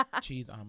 Cheese